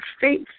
faith